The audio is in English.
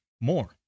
more